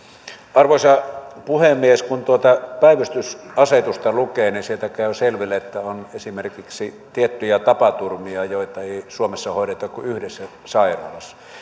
arvoisa puhemies kun tuota päivystysasetusta lukee niin sieltä käy selville että on esimerkiksi tiettyjä tapaturmia joita ei suomessa hoideta kuin yhdessä sairaalassa